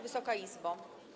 Wysoka Izbo!